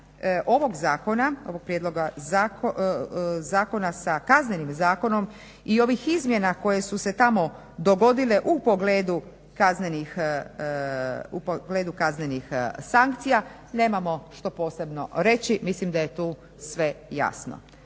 ovog zakona, ovog prijedloga zakona sa Kaznenim zakonom i ovih izmjena koje su se tamo dogodile u pogledu kaznenih, u pogledu sankcija, nemamo što posebno reći. Mislim da je tu sve jasno.